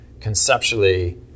conceptually